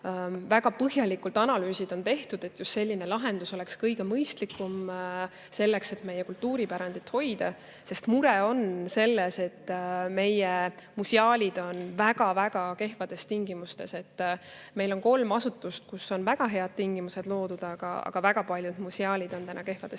Väga põhjalikud analüüsid on tehtud, et just selline lahendus on kõige mõistlikum selleks, et meie kultuuripärandit hoida. Mure on selles, et meie museaalid on väga-väga kehvades tingimustes. Meil on kolm asutust, kus on väga head tingimused loodud, aga väga paljud museaalid on siiski kehvades tingimustes.